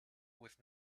with